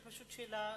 יש לי שאלה,